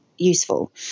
Useful